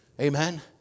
amen